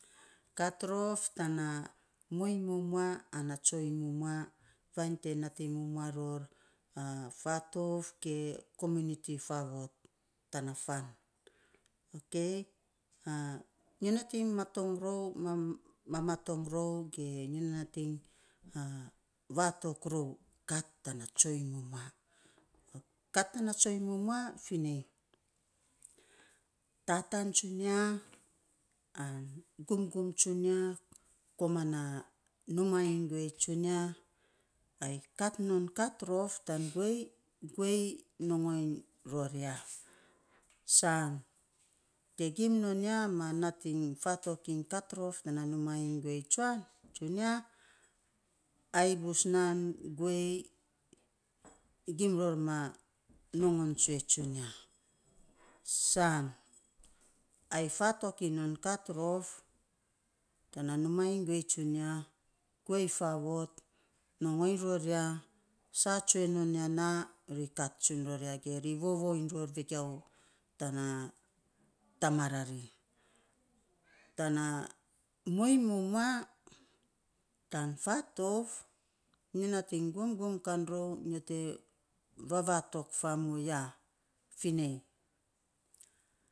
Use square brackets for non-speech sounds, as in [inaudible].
Kat rof tana muiny mumua ana tsoiny mumua vainy te nating mumua ror [hesitation] fatouf ge kominiti faavot tana fan, okei [hesitation] nyo natving maton rou mamatang rou, ge vatok rou kat tana tsainy numaa. Kat tana tsoiny mumua finei, tataan tsunia an gumgum tsunia, koman na numaa iny guei tsunia, ai kat non kat a rof tan guei tsunia, ai kat non kat rof tan guei. Guei nongon ror ya. San te gim non ya ma fatok iny kat rof tana numaa iny guei tsuan tsunia, ai bus nan guei [noise] gim ror ma nongon tsue tsunia san ai fatok iny non kat rof tana numaa iny guei tsunia. Guei faavot nongon ror ya, saa tsue non ya na, ri kats tsuiny ror ya ge ri vovou iny ror vegiau tana tamarari, tana muiny mumua tana fatouf. Nyo nating gumgum kan rou nyo te vavatok faamo ya, finei.